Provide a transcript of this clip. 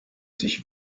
sich